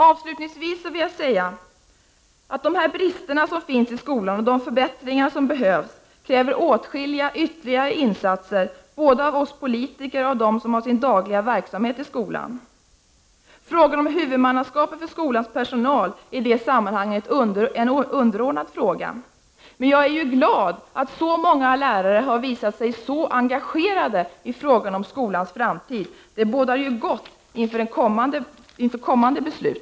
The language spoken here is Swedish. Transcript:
Avslutningsvis vill jag säga att de brister som finns i skolan och de förbättringar som behövs kräver åtskilliga ytterligare insatser, både av oss politiker och av dem som har sin dagliga verksamhet i skolan. Frågan om huvudmannaskapet för skolans personal är i det sammanhanget underordnad, men jag är glad över att så många lärare har visat sig så engagerade i frågan om skolans framtid. Det bådar gott inför kommande beslut.